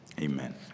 Amen